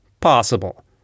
possible